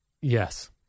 Yes